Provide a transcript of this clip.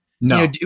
No